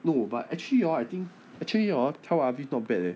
no but actually orh I think actually orh tel aviv not bad leh